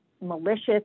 malicious